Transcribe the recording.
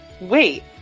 Wait